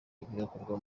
bigakorwa